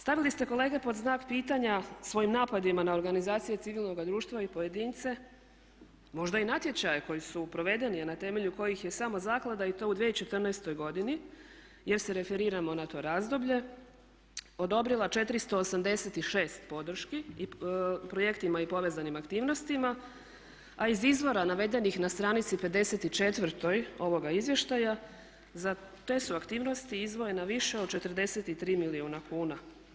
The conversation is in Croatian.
Stavili ste kolege pod znak pitanja svojim napadima na organizacije civilnoga društva i pojedince, možda i natječaje koji su provedeni a na temelju kojih je samo zaklada i to u 2014. godini jer se referiramo na to razdoblje odobrila 486 podrški projektima i povezanim aktivnostima a iz izvora navedenih na stranici 54.-oj ovoga izvještaja za te su aktivnosti izdvojena više od 43 milijuna kuna.